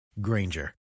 Granger